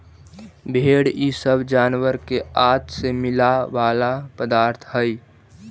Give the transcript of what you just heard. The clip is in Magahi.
भेंड़ इ सब जानवर के आँत से मिला वाला पदार्थ हई